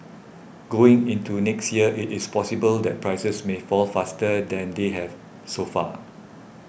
going into next year it is possible that prices may fall faster than they have so far